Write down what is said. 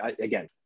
Again